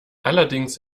allerdings